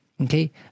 okay